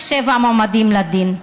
מועמדים לדין.